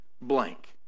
blank